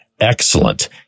excellent